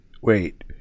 wait